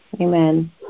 Amen